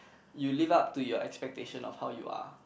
you live up to your expectation of how you are